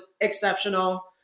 exceptional